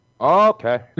Okay